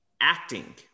acting